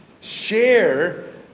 Share